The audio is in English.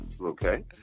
okay